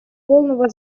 полного